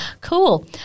Cool